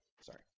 Sorry